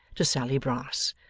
to sally brass,